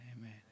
Amen